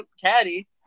caddy